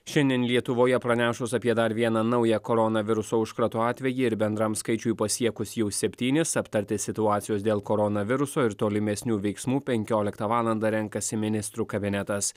šiandien lietuvoje pranešus apie dar vieną naują corona viruso užkrato atvejį ir bendram skaičiui pasiekus jau septynis aptarti situacijos dėl koronaviruso ir tolimesnių veiksmų penkioliktą valandą renkasi ministrų kabinetas